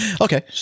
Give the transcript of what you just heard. okay